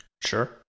Sure